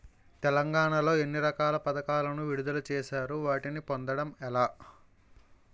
తెలంగాణ లో ఎన్ని రకాల పథకాలను విడుదల చేశారు? వాటిని పొందడం ఎలా?